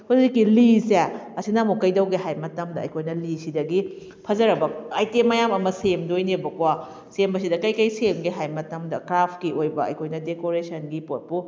ꯍꯧꯖꯤꯛꯀꯤ ꯂꯤꯁꯦ ꯑꯁꯤꯅ ꯑꯃꯨꯛ ꯀꯩꯗꯧꯒꯦ ꯍꯥꯏꯕ ꯃꯇꯝꯗ ꯑꯩꯈꯣꯏꯅ ꯂꯤꯁꯤꯗꯒꯤ ꯐꯖꯔꯕ ꯑꯥꯏꯇꯦꯝ ꯃꯌꯥꯝ ꯑꯃ ꯁꯦꯝꯗꯣꯏꯅꯦꯕꯀꯣ ꯁꯦꯝꯕꯁꯤꯗ ꯀꯔꯤ ꯀꯔꯤ ꯁꯦꯝꯒꯦ ꯍꯥꯏꯕ ꯃꯇꯝꯗ ꯀ꯭ꯔꯥꯐꯀꯤ ꯑꯣꯏꯕ ꯑꯩꯈꯣꯏꯅ ꯗꯦꯀꯣꯔꯦꯁꯟꯒꯤ ꯄꯣꯠꯄꯨ